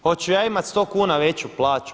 Hoću ja imati 100 kuna veću plaću?